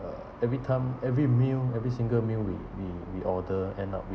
uh every time every meal every single meal we we we order end up we~